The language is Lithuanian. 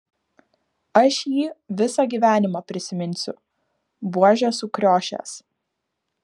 aš jį visą gyvenimą prisiminsiu buožė sukriošęs